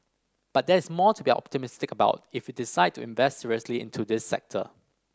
but there is more to be optimistic about if we decide to invest seriously into this sector